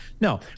No